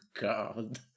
God